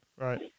right